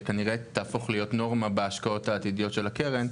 שכנראה תהפוך להיות נורמה בהשקעות העתידיות של הקרן: